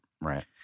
Right